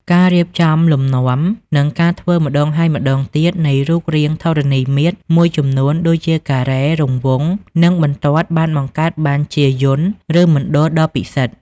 ការរៀបចំលំនាំ និងការធ្វើម្តងហើយម្តងទៀតនៃរូបរាងធរណីមាត្រមួយចំនួនដូចជាការ៉េ រង្វង់ និងបន្ទាត់បានបង្កើតបានជាយន្ត ឬមណ្ឌលដ៏ពិសិដ្ឋ។